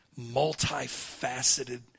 multifaceted